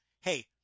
hey